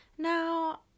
Now